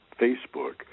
Facebook